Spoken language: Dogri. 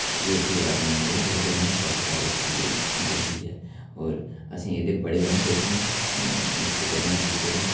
हेर फेर अपनांदे आं जेह्दे कन्नै फसल साढ़ी ठीक निकलदी ऐ और असें एह्दे बड़े बैनिफिट न इसदे कन्नै अस इस बेल्लै